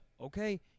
okay